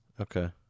Okay